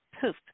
poof